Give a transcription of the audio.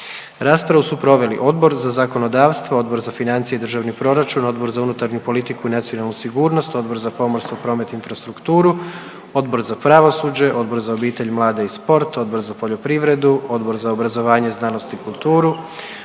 Raspravu su proveli Odbor za zakonodavstvo, Odbor za financije i državni proračun, Odbor za unutarnju politiku i nacionalnu sigurnost, Odbor za pomorstvo, promet i infrastrukturu, Odbor za pravosuđe, Odbor za obitelj, mlade i sport, Odbor za poljoprivredu, Odbor za obrazovanje, znanost i kulturu,